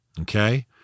okay